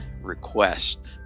request